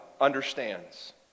understands